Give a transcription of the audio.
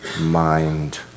mind